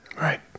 Right